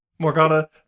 Morgana